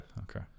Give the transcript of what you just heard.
Okay